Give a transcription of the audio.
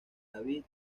david